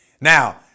Now